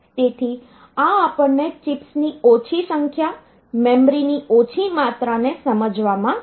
તેથી આ આપણને ચિપ્સની ઓછી સંખ્યા મેમરીની ઓછી માત્રાને સમજવામાં મદદ કરશે